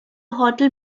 hotel